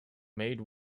made